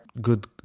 good